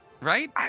Right